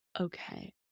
okay